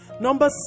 number